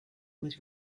was